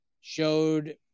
Showed